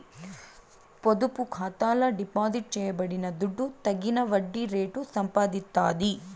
పొదుపు ఖాతాల డిపాజిట్ చేయబడిన దుడ్డు తగిన వడ్డీ రేటు సంపాదిస్తాది